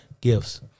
gifts